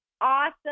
awesome